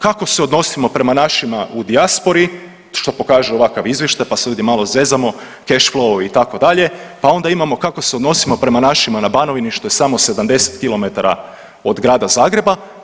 Kako se odnosimo prema našima u dijaspori, što pokažu ovakav izvještaj pa se ovdje malo zezamo, cash flow itd., pa onda imamo kako se odnosimo prema našima na Banovini što je samo 70 kilometara od Grada Zagreba.